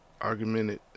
argumented